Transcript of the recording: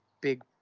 big